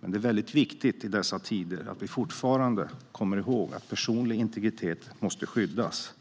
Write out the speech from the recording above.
Men det är väldigt viktigt i dessa tider att vi fortfarande kommer ihåg att den personliga integriteten måste skyddas.